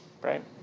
right